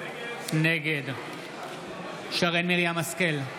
נגד שרן מרים השכל,